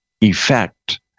effect